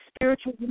spiritual